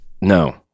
No